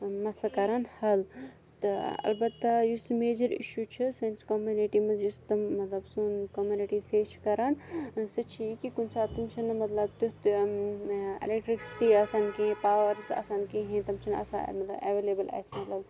مَسلہٕ کَران حَل تہٕ اَلبَتہَ یُس یہِ میجَر اِشو چھُ سٲنِس کوٚم نِٹی مَنٛز یُس تِم مَطلَب سون کوٚمنِٹی فیس چھِ کَران سُہ چھِ یہِ کہِ کُنہِ ساتہٕ چھَ نہٕ مَطلَب تیتھ ایٚلیٚکٹرِکسِٹی چھَ نہٕ آسان کِہیٖنۍ پاوَر چھُ نہٕ آسان کِہیٖنۍ تِم چھِنہٕ آسان اَویلیبِل اَسہِ مَطلَب